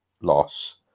loss